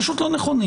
פשוט לא נכונים.